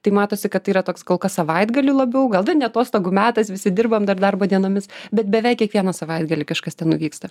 tai matosi kad yra toks kol kas savaitgalį labiau gal dar ne atostogų metas visi dirbam dar darbo dienomis bet beveik kiekvieną savaitgalį kažkas ten nuvyksta